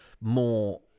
more